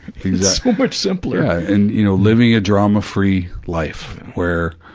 much simpler. yeah and you know, living a drama free life where,